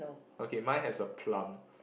okay mine has a plum